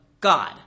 God